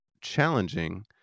challenging